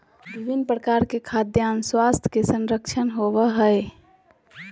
विभिन्न प्रकार के खाद्यान स्वास्थ्य के संरक्षण होबय हइ